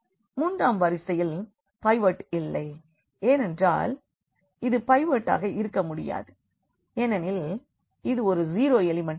மூன்றாம் வரிசையில் பைவோட் இல்லை ஏனென்றால் இது பைவோட்டாக இருக்க முடியாது ஏனெனில் இது ஒரு 0 எலிமெண்ட் ஆகும்